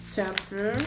Chapter